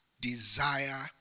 desire